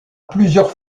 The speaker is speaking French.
plusieurs